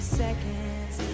seconds